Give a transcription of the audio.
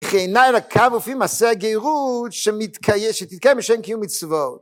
חייניי לקו ולפי מעשה הגאירות שתתקיים בשם קיום מצוות